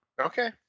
Okay